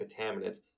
contaminants